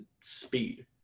speed